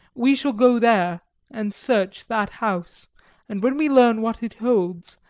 we shall go there and search that house and when we learn what it holds,